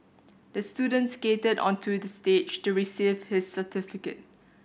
the student skated onto the stage to receive his certificate